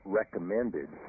recommended